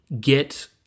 get